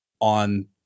on